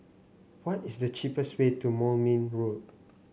what is the cheapest way to Moulmein Road